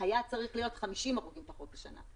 היה צריך להיות 50 הרוגים פחות בשנה.